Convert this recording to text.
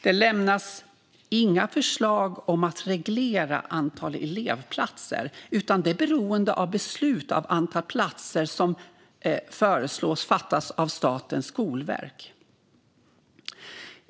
Det lämnas inga förslag om att reglera antalet elevplatser, utan det är beroende av beslut om antal platser som föreslås fattas av Statens skolverk.